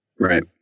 Right